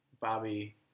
Bobby